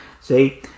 see